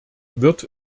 wird